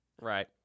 Right